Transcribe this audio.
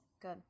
Good